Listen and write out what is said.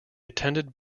attended